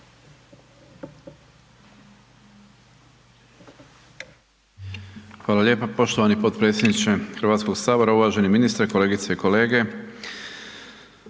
Hvala lijepa. Poštovani potpredsjedniče Hrvatskog sabora, uvaženi ministre sa suradnicima, kolegice i kolege.